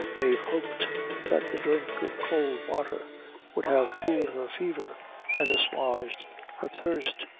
mave hoped that the drink of cold water would have cooled her fever and assuaged her thirst,